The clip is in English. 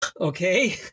okay